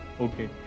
Okay